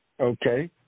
Okay